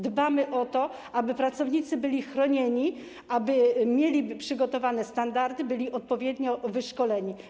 Dbamy o to, aby pracownicy byli chronieni, aby mieli przygotowane standardy, byli odpowiednio wyszkoleni.